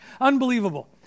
unbelievable